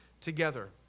together